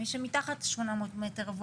מי שמתחת ל-800 מ"ר,